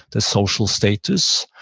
their social status,